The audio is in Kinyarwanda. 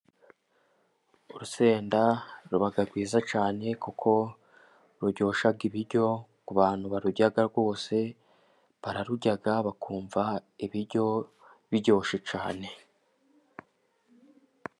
Urusenda ruba rwiza cyane, kuko ruryosha ibiryo ku bantu barurya rwose, bararurya bakumva ibiryo biryoshye cyane.